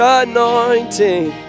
anointing